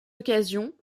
occasion